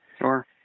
Sure